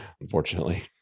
unfortunately